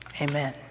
Amen